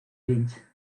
lynch